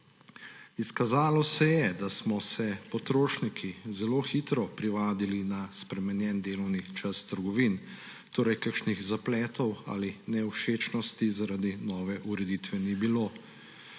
Izkazalo se je, da smo se potrošniki zelo hitro privadili na spremenjen delovni čas trgovin, torej kakšnih zapletov ali nevšečnosti zaradi nove ureditve ni bilo.